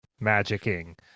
magicking